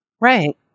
Right